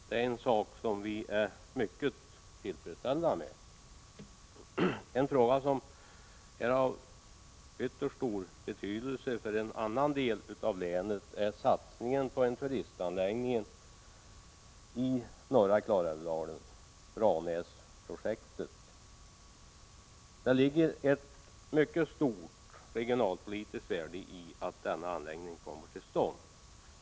Det är en sak som vi är mycket tillfredsställda med. En fråga som är av ytterst stor betydelse för en annan del av länet är satsningen på en turistanläggning i norra Klarälvsdalen — Branäsprojektet. Det ligger ett mycket stort regionalpolitiskt värde i att denna anläggning kommer till stånd.